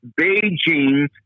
Beijing